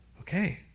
Okay